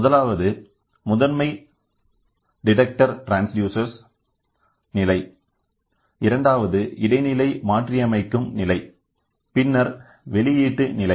முதலாவது முதன்மை detector transducer நிலை இரண்டாவதுஇடைநிலை மாற்றியமைக்கும் நிலை பின்னர் வெளியீட்டு நிலை